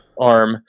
arm